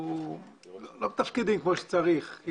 אנחנו לא מתפקדים כמו שצריך.